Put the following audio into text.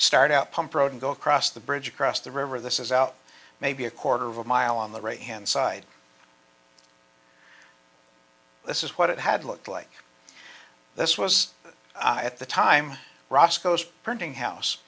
start out pump road and go across the bridge across the river this is out maybe a quarter of a mile on the right hand side this is what it had looked like this was at the time roscoe's printing house